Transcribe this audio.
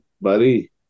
buddy